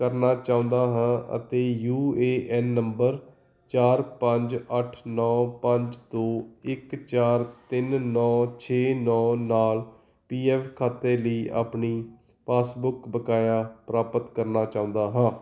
ਕਰਨਾ ਚਾਹੁੰਦਾ ਹਾਂ ਅਤੇ ਯੂ ਏ ਐੱਨ ਨੰਬਰ ਚਾਰ ਪੰਜ ਅੱਠ ਨੌਂ ਪੰਜ ਦੋ ਇੱਕ ਚਾਰ ਤਿੰਨ ਨੌਂ ਛੇ ਨੌਂ ਨਾਲ ਪੀ ਐੱਫ ਖਾਤੇ ਲਈ ਆਪਣੀ ਪਾਸਬੁੱਕ ਬਕਾਇਆ ਪ੍ਰਾਪਤ ਕਰਨਾ ਚਾਹੁੰਦਾ ਹਾਂ